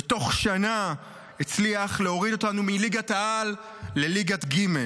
ותוך שנה הצליח להוריד אותנו מליגת העל לליגה ג'.